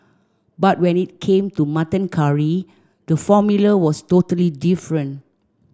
but when it came to mutton curry the formula was totally different